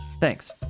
Thanks